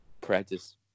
practice